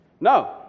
No